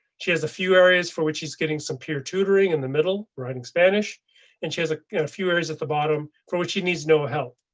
she has a few areas for which he's getting some peer tutoring in the middle writing spanish and she has a few areas at the bottom for what she needs. no help.